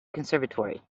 conservatory